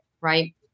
right